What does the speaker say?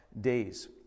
days